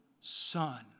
Son